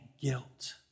guilt